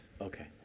Okay